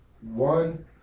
one